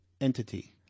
entity